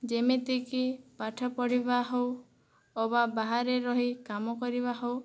ଯେମିତିକି ପାଠ ପଢ଼ିବା ହଉ ଅବା ବାହାରେ ରହି କାମ କରିବା ହଉ